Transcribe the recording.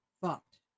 fucked